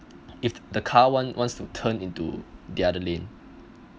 if the car want wants to turn into the other lane